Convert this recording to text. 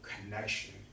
connection